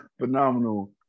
Phenomenal